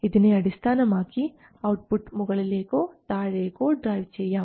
ഇതിനെ അടിസ്ഥാനമാക്കി ഔട്ട്പുട്ട് മുകളിലേക്കോ താഴേക്കോ ഡ്രൈവ് ചെയ്യാം